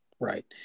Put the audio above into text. Right